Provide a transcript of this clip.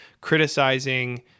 criticizing